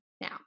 now